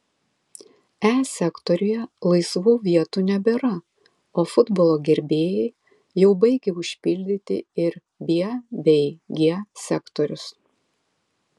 e sektoriuje laisvų vietų nebėra o futbolo gerbėjai jau baigia užpildyti ir b bei g sektorius